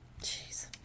Jeez